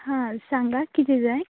आं सांगा कितें जाय